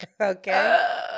okay